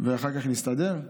ואחר כך נסתדר?